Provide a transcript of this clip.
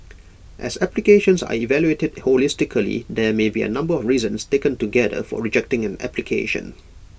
as applications are evaluated holistically there may be A number of reasons taken together for rejecting an application